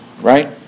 right